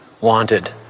wanted